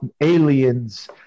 aliens